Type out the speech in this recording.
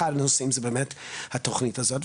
אחד הנושאים זה באמת התוכנית הזאת.